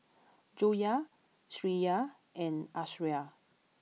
Joyah Syirah and Aisyah